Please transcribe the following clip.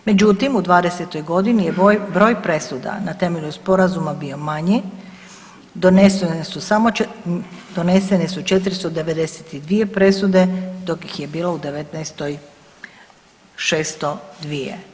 Međutim, u '20. godini je broj presuda na temelju sporama bio manji, donesene su samo, donesene su 492 presude dok ih je bilo u '19. 602.